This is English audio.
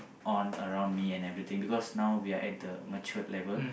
on around me and everything because now we are at the matured level